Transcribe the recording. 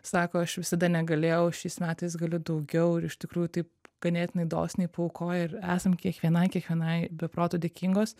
sako aš visada negalėjau šiais metais galiu daugiau ir iš tikrųjų taip ganėtinai dosniai paaukoja ir esam kiekvienai kiekvienai be proto dėkingos